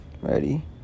Ready